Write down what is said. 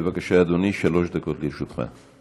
בבקשה, אדוני, שלוש דקות לרשותך.